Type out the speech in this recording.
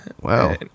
Wow